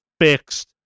fixed